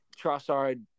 Trossard